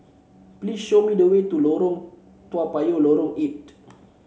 please show me the way to Lorong Toa Payoh Lorong Eight